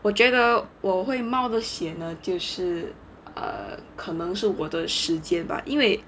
我觉得我会冒的险呢就是 err 可能是我的时间吧因为